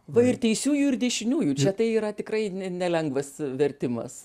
va ir teisiųjų ir dešiniųjų čia tai yra tikrai nelengvas vertimas